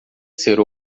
ser